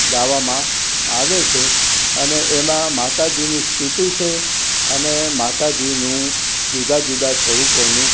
ગાવામાં આવે છે અને એમાં માતાજીની સ્તુતિ છે અને માતાજીનું જુદા જુદા સ્વરૂપોનું